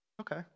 Okay